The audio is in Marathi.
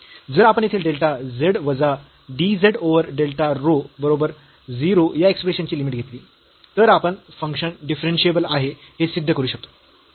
जर आपण येथील डेल्टा z वजा dz ओव्हर डेल्टा रो बरोबर 0 या एक्स्प्रेशनची लिमिट घेतली तर आपण फंक्शन डिफरन्शियेबल आहे हे सिद्ध करू शकतो